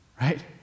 Right